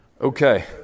Okay